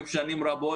בעיני כמובן, אולי בראש